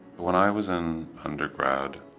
when i was in undergrad,